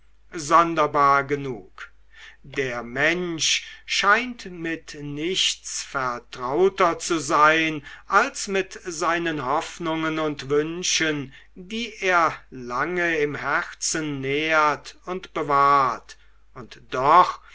sonderbar genug der mensch scheint mit nichts vertrauter zu sein als mit seinen hoffnungen und wünschen die er lange im herzen nährt und bewahrt und doch